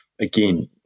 Again